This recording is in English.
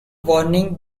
warning